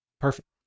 perfect